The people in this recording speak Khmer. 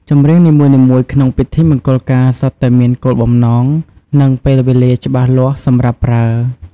ចម្រៀងនីមួយៗក្នុងពិធីមង្គលការសុទ្ធតែមានគោលបំណង និងពេលវេលាច្បាស់លាស់សម្រាប់ប្រើ។